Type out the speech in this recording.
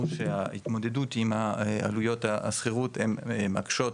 שההתמודדות עם העלויות השכירות הם מקשות,